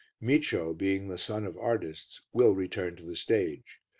micio, being the son of artists, will return to the stage.